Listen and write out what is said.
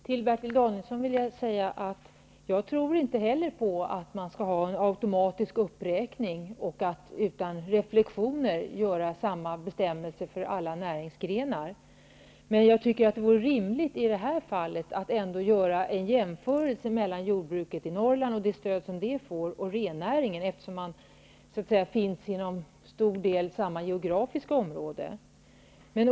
Herr talman! Jag vill till Bertil Danielsson säga att inte heller jag tror på att man skall ha en automatisk uppräkning och utan reflexioner införa samma regler för alla näringsgrenar. Men det vore i det här fallet rimligt att ändå göra en jämförelse mellan jordbruket i Norrland och det stöd som det får och rennäringen, eftersom de till stor del bedrivs inom samma geografiska område.